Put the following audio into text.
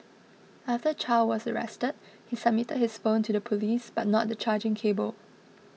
after Chow was arrested he submitted his phone to the police but not the charging cable